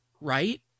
right